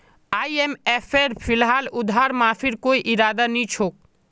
आईएमएफेर फिलहाल उधार माफीर कोई इरादा नी छोक